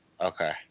Okay